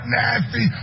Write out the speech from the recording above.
nasty